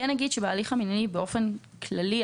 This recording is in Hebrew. באופן כללי,